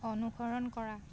অনুসৰণ কৰা